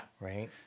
Right